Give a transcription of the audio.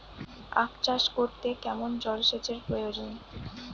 আখ চাষ করতে কেমন জলসেচের প্রয়োজন?